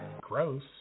Gross